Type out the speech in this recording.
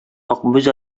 акбүз